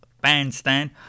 Bandstand